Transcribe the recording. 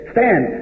Stand